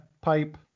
pipe